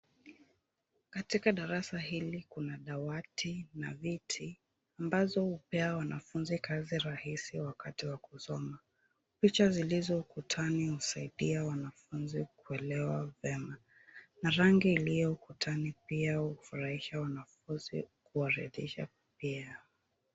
Katika darasa hili kuna dawati na viti, ambazo hupea wanafunzi kazi rahisi wakati wa kusoma. Picha zilizo ukutani husaidia wanafunzi kuelewa vyema. Na rangi iliyo ukutani pia hufurahisha wanafunzi kuwaridhisha pia.